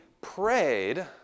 prayed